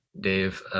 Dave